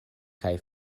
kaj